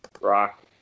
Rock